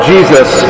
Jesus